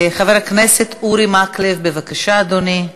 מס' 2956. חבר הכנסת אורי מקלב, בבקשה, אדוני.